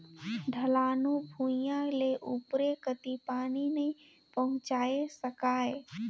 ढलानू भुइयां ले उपरे कति पानी नइ पहुचाये सकाय